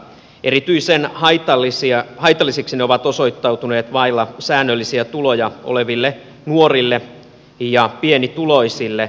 erityisen haitallisiksi ne ovat osoittautuneet vailla säännöllisiä tuloja oleville nuorille ja pienituloisille